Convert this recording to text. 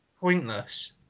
pointless